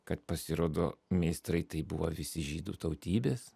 kad pasirodo meistrai tai buvo visi žydų tautybės